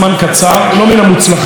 לא מן המוצלחים במיוחד,